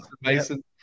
Mason